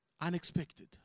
Unexpected